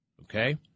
okay